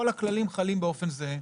כל הכללים חלים באופן זהה,